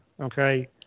okay